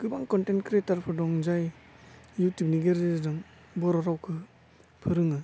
गोबां कनटेन्ट क्रियेटरफोर दं जाय इउथुबनि गेजेरजों बर' रावखौ फोरोङो